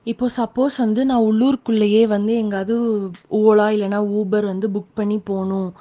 இப்போது சப்போஸ் வந்து நான் உள்ளூருக்குள்ளேயே வந்து எங்காவது ஓலா இல்லைன்னா ஊபர் வந்து புக் பண்ணி போகணும்